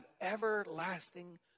everlasting